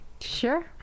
Sure